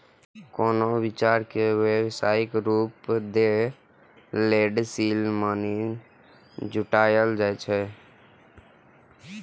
कोनो विचार कें व्यावसायिक रूप दै लेल सीड मनी जुटायल जाए छै